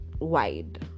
Wide